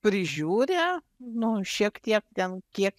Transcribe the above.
prižiūri nu šiek tiek ten kiek